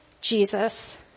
Jesus